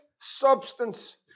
substance